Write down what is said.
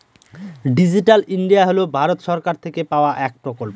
digital India হল ভারত সরকার থেকে পাওয়া এক প্রকল্প